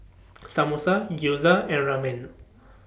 Samosa Gyoza and Ramen